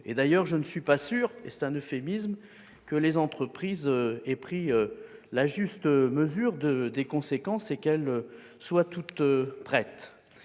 d'ailleurs pas certain- c'est un euphémisme ! -que les entreprises aient pris la juste mesure des conséquences et qu'elles soient toutes prêtes.